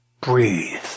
Breathe